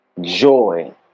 Joy